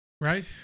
Right